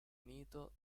unito